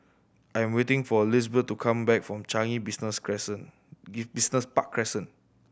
I am waiting for Lizbeth to come back from Changi Business Crescent Business Park Crescent